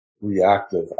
reactive